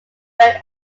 bend